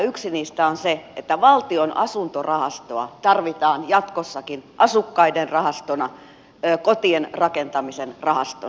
yksi niistä on se että valtion asuntorahastoa tarvitaan jatkossakin asukkaiden rahastona kotien rakentamisen rahastona